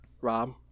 Rob